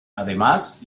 además